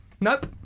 nope